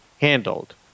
handled